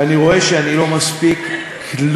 ואני רואה שאני לא מספיק כלום,